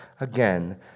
again